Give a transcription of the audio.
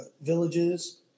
villages